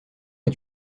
est